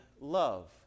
love